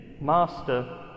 Master